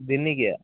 ଦିନିକିଆ